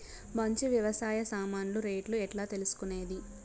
మంచి వ్యవసాయ సామాన్లు రేట్లు ఎట్లా తెలుసుకునేది?